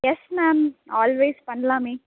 S ma'am always பண்ணலாமே